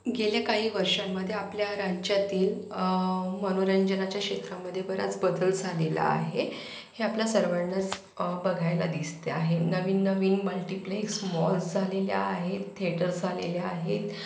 गेल्या काही वर्षांमध्ये आपल्या राज्यातील मनोरंजनाच्या क्षेत्रामध्ये बराच बदल झालेला आहे हे आपल्या सर्वांनाच बघायला दिसते आहे नवीन नवीन मल्टिप्लेक्स मॉल्स झालेल्या आहेत थेटर्स आलेले आहेत